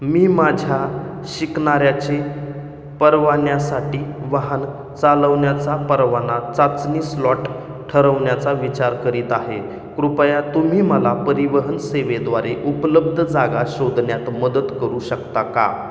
मी माझ्या शिकणाऱ्याचे परवान्यासाठी वाहन चालवण्याचा परवाना चाचणी स्लॉट ठरवण्याचा विचार करीत आहे कृपया तुम्ही मला परिवहन सेवेद्वारे उपलब्ध जागा शोधण्यात मदत करू शकता का